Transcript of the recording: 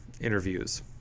interviews